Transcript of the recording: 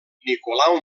nicolau